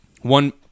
one